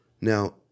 Now